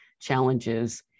challenges